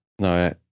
No